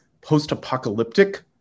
post-apocalyptic